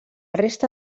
resta